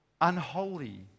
unholy